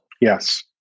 Yes